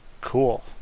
cool